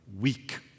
weak